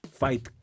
fight